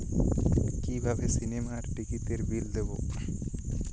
কিভাবে সিনেমার টিকিটের বিল দেবো?